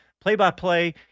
play-by-play